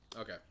Okay